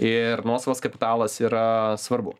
ir nuosavas kapitalas yra svarbu